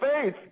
faith